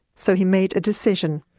so he made a decision.